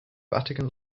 vatican